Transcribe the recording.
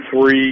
three